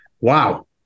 Wow